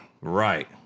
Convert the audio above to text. Right